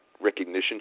recognition